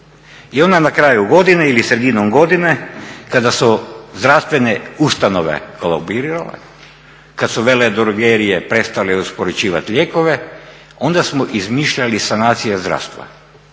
i ona na kraju godine ili sredinom godine kada su zdravstvene ustanove kolabirale, kad su veledrogerije prestale uspoređivat lijekove onda smo izmišljali sanacije zdravstva